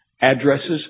addresses